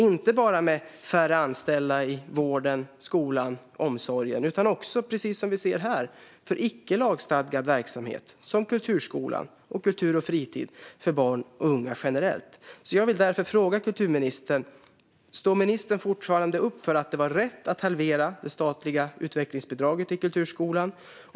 Det blir inte bara färre anställda inom vården, skolan och omsorgen, utan det blir också konsekvenser för icke lagstadgad verksamhet, till exempel för kulturskolan och för kultur och fritid för barn och unga generellt. Jag vill fråga kulturministern om hon fortfarande står upp för att det var rätt att halvera det statliga utvecklingsbidraget till kulturskolan.